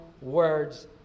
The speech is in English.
words